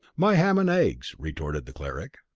my ham and eggs, retorted the cleric.